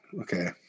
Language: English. Okay